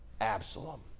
Absalom